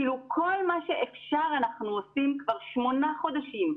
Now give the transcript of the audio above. כאילו כל מה שאפשר אנחנו עושים כבר שמונה חודשים.